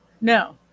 no